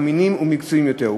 אמינים ומקצועיים יותר,